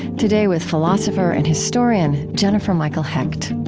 today with philosopher and historian jennifer michael hecht